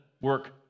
work